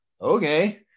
okay